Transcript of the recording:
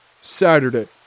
Saturday